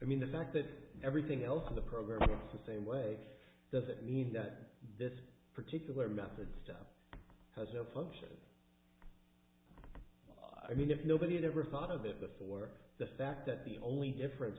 i mean the fact that everything else of the program the same way doesn't mean that this particular method stuff has no function i mean if nobody ever thought of it before the fact that the only difference